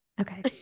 okay